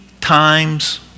times